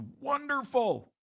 wonderful